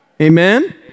Amen